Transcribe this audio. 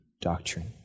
doctrine